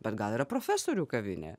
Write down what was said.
bet gal yra profesorių kavinė